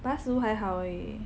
but 它的食物还好而已